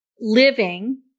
living